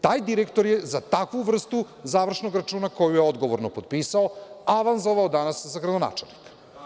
Taj direktor je za takvu vrstu završnog računa koju je odgovorno potpisao, avanzovao danas za gradonačelnika.